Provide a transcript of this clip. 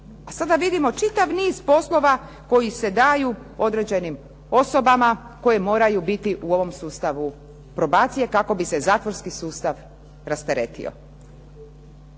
A sada vidimo čitav niz poslova koji se daju određenim osobama koje moraju biti u ovom sustavu probacije, kako bi se zatvorski sustav rasteretio.